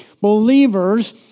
Believers